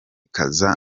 kwangiza